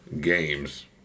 games